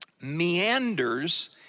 meanders